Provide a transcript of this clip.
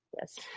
Yes